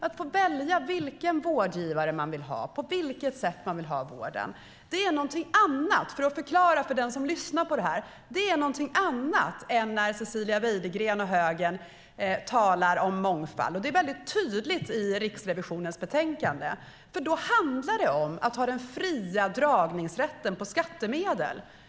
Att få välja vilken vårdgivare de vill ha, på vilket sätt de vill ha vården, är något annat - för att förklara för den som lyssnar - än när Cecilia Widegren och högern talar om mångfald. Det är tydligt i Riksrevisionens betänkande. Det handlar om den fria dragningsrätten på skattemedel.